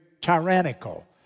tyrannical